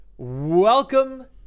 welcome